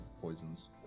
poisons